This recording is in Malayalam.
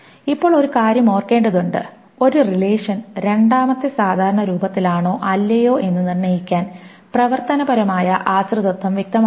ഇപ്പോൾ ഒരു കാര്യം ഓർക്കേണ്ടതുണ്ട് ഒരു റിലേഷൻ രണ്ടാമത്തെ സാധാരണ രൂപത്തിലാണോ അല്ലയോ എന്ന് നിർണ്ണയിക്കാൻ പ്രവർത്തനപരമായ ആശ്രിതത്വം വ്യക്തമാക്കണം